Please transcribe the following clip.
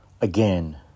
again